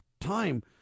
time